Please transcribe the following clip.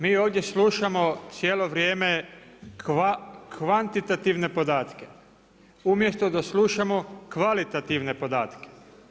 Mi ovdje slušamo cijelo vrijeme kvantitativne podatke umjesto da slušamo kvalitativne podatke.